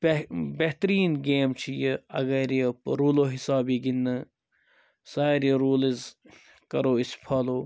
بہتریٖن گیم چھِ یہِ اگر یہِ روٗلو حِساب یی گِندنہٕ سارے روٗلٕز کرو أسۍ فالو